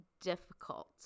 difficult